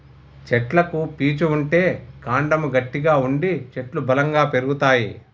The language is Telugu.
చెట్లకు పీచు ఉంటే కాండము గట్టిగా ఉండి చెట్లు బలంగా పెరుగుతాయి